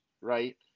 right